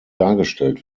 dargestellt